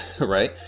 Right